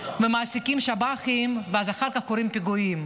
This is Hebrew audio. ומעסיקים שב"חים, ואחר כך קורים פיגועים.